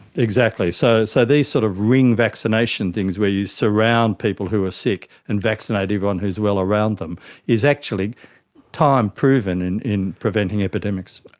exactly. so so these sort of ring vaccination things where you surround people who are sick and vaccinate everyone who is well around them is actually time proven and in preventing epidemics.